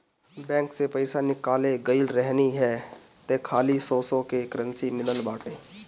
bank से पईसा निकाले गईल रहनी हअ तअ खाली सौ सौ के करेंसी मिलल बाटे